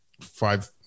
five